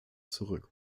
zurück